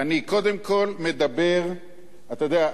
אתה יודע,